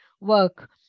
work